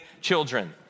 children